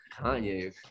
Kanye